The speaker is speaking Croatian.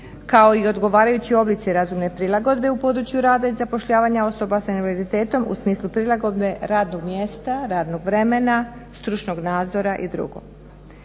kao i odgovarajući oblici razumne prilagodbe u području rada i zapošljavanja osoba s invaliditetom u smislu prilagodbe radnog mjesta, radnog vremena, stručnog nadzora i drugo.